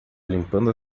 limpando